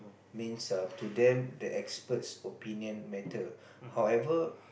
means um to them the experts opinion matter however